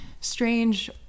strange